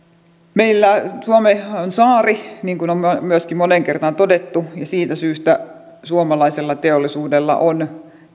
meillä suomi on saari niin kuin on myöskin moneen kertaan todettu ja siitä syystä suomalaisella teollisuudella on